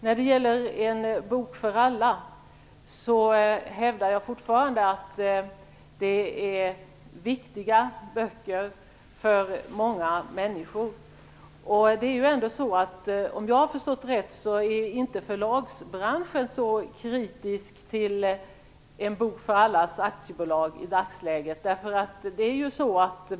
När det gäller En Bok För Alla hävdar jag fortfarande att det gäller böcker som är viktiga för många människor. Om jag har förstått rätt är förlagsbranschen inte så kritisk till En Bok För Alla AB i dagsläget.